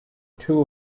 two